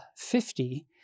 50